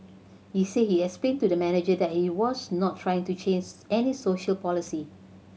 he said he explained to the manager that he was not trying to change any social policy